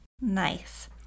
Nice